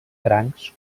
crancs